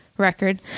record